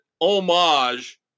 homage